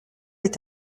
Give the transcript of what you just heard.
est